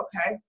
okay